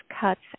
Cuts